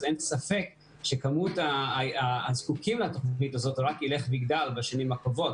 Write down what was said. ואין ספק שכמות הזקוקים לתוכנית הזאת רק ילך ויגדל בשנים הקרובות,